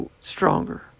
stronger